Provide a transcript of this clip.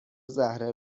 زهره